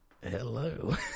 Hello